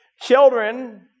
Children